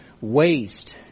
waste